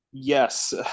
Yes